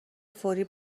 فوری